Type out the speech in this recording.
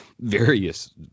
various